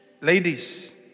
ladies